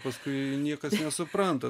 paskui niekas nesupranta